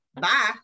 Bye